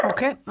Okay